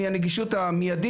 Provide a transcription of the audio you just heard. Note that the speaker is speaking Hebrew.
בנים,